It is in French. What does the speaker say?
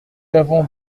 avons